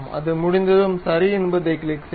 அது முடிந்ததும் சரி என்பதைக் கிளிக் செய்க